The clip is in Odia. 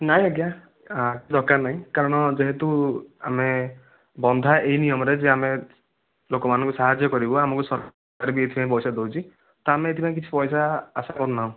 ନାହିଁ ଆଜ୍ଞା ଦରକାର ନାହିଁ କାରଣ ଯେହେତୁ ଆମେ ବନ୍ଧା ଏହି ନିୟମରେ ଯେ ଆମେ ଲୋକ ମାନଙ୍କୁ ସାହାଯ୍ୟ କରିବୁ ଆମକୁ ସରକାର ବି ଏହିଥିପାଇଁ ପଇସା ଦେଉଛି ତ ଆମେ ଏଥିପାଇଁ କିଛି ପଇସା ଆଶା କରୁନାହୁଁ